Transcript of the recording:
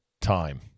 time